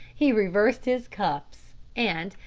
he reversed his cuffs, and,